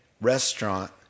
restaurant